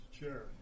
chair